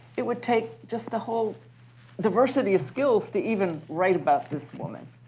it would take just a whole diversity of skills to even write about this woman.